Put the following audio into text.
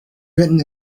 written